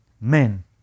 men